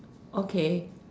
okay